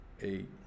eight